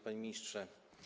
Panie Ministrze!